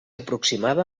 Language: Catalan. aproximada